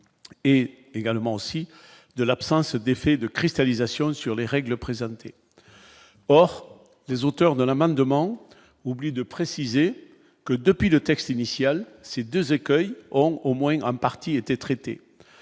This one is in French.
et également aussi de l'absence d'effet de cristallisation sur les règles présentées hors des auteurs de l'amendement oublie de préciser que depuis le texte initial, ces 2 écueils auront au moins en partie étaient traités,